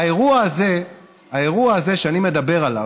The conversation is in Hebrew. האירוע הזה שאני מדבר עליו,